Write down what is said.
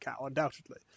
undoubtedly